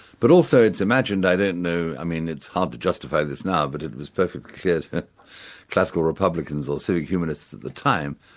but also it's imagined i don't know, i mean it's hard to justify this now, but it was perfectly clear to classical republicans or civic humanists at the time,